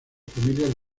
familias